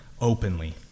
openly